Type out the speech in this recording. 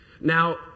Now